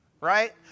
right